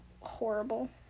horrible